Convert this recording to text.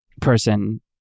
person